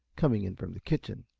coming in from the kitchen.